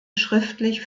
schriftlich